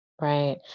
right